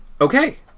Okay